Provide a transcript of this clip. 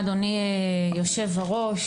אדוני יושב-הראש,